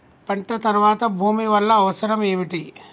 పంట తర్వాత భూమి వల్ల అవసరం ఏమిటి?